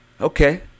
Okay